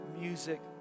music